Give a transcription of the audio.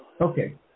Okay